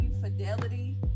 fidelity